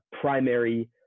primary